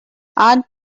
aunt